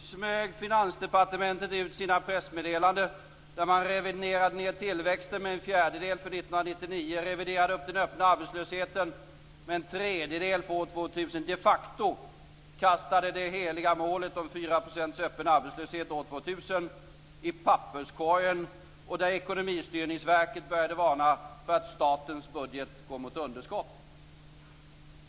smög Finansdepartementet ut sina pressmeddelanden där man reviderade ned tillväxten med en fjärdedel för 1999, reviderade upp den öppna arbetslösheten med en tredjedel för år 2000 och de facto kastade det heliga målet om 4 % öppen arbetslöshet år 2000 i papperskorgen, och Ekonomistyrningsverket började varna för att statens budget går mot underskott.